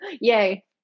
yay